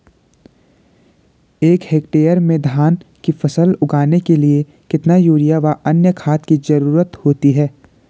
एक हेक्टेयर में धान की फसल उगाने के लिए कितना यूरिया व अन्य खाद की जरूरत होती है?